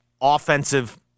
offensive